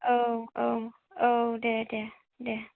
औ औ औ दे दे दे